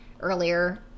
earlier